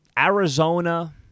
Arizona